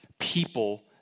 people